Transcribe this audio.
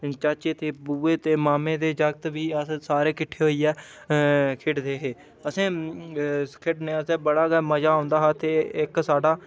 चाचे ते बूआ ते मामे दे जागत बी अस सारे किट्ठे होइयै खेढदे हे असें खेढने आस्तै बड़ा गै मजा औंदा हा ते इक साढ़ा